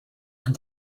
and